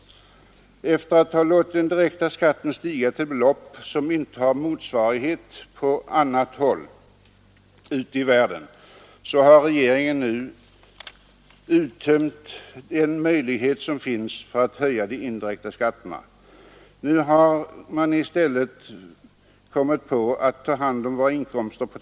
Efter att ha låtit den direkta skatten stiga till belopp, som inte har motsvarighet på annat håll ute i världen, har regeringen nu uttömt den möjlighet som finns att höja den indirekta skatten. Nu har regeringen i stället funderat ut ett nytt sätt att ta hand om våra inkomster.